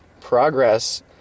progress